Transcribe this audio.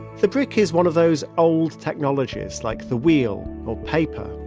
the brick is one of those old technologies, like the wheel, or paper,